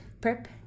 prep